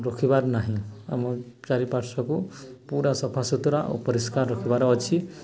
ରଖିବାର ନାହିଁ ଆମ ଚାରିପାର୍ଶ୍ୱକୁ ପୁରା ସଫା ସୁତୁରା ଅପରିଷ୍କାର ରଖିବାର ଅଛି